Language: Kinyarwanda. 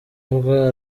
avuga